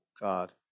God